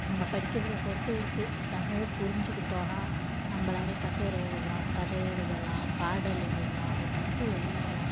நம்ம படிக்கிறத பொறுத்து இருக்குது தமிழ் புரிஞ்சிக்கிட்டோனால் நம்மளாவே கட்டுரை எழுதலாம் கதை எழுதலாம் பாடல் எழுதலாம் ஒரு புக்கு வெளியிடலாம்